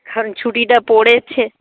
কারণ ছুটিটা পড়েছে